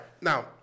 Now